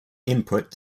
input